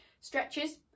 stretches